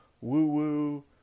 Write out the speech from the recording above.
woo-woo